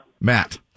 Matt